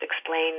explain